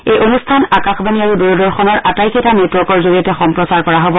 এই অনুষ্ঠান আকাশবাণী আৰু দূৰদৰ্শনৰ আটাইকেইটা নেটৱৰ্কৰ জৰিয়তে সম্প্ৰচাৰ কৰা হ'ব